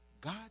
God